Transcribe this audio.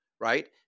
right